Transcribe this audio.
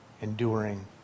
enduring